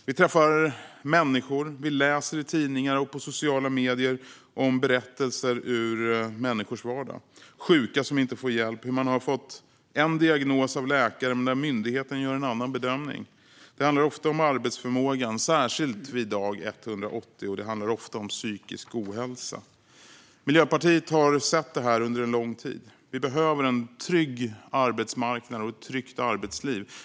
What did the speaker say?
Vi träffar människor och vi läser i tidningar och på sociala medier berättelser ur människors vardag. Det är sjuka som inte får hjälp. De har fått en diagnos av läkaren men myndigheten gör en annan bedömning. Det handlar ofta om arbetsförmågan, särskilt vid dag 180. Och det handlar ofta om psykisk ohälsa. Miljöpartiet har sett detta under lång tid. Vi behöver en trygg arbetsmarknad och ett tryggt arbetsliv.